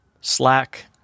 Slack